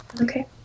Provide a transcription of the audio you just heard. Okay